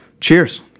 cheers